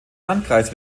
landkreis